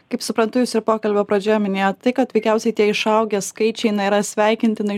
kaip suprantu jūs ir pokalbio pradžioje minėjote kad veikiausiai tie išaugę skaičiai yra sveikintina